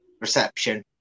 reception